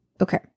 Okay